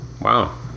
Wow